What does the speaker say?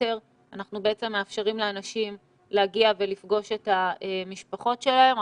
המטרים אנחנו בעצם מאפשרים לאנשים להגיע ולפגוש את המשפחות שלהם.